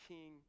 King